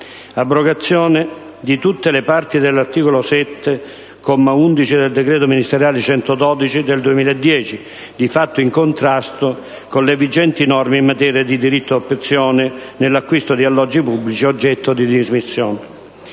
abrogazione di tutte le parti dell'articolo 7, comma 11, del decreto ministeriale n. 112 del 2010, di fatto in contrasto con le vigenti norme in materia di diritto di opzione nell'acquisto di alloggi pubblici oggetto di dismissione;